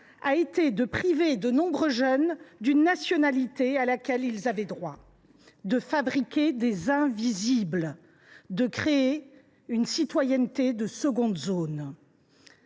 de priver de nombreux jeunes d’une nationalité à laquelle ils avaient droit, de fabriquer des « invisibles », de créer une citoyenneté de seconde zone.